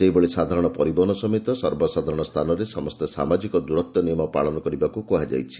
ସେହିଭଳି ସାଧାରଣ ପରିବହନ ସମେତ ସର୍ବସାଧାରଣ ସ୍ଥାନରେ ସମସ୍ତେ ସାମାଜିକ ଦୂରତ୍ୱ ନିୟମ ପାଳନ କରିବାକୁ କୁହାଯାଇଛି